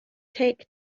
take